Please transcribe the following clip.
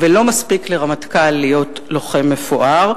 ולא מספיק לרמטכ"ל להיות לוחם מפואר,